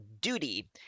Duty